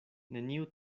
neniu